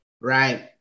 right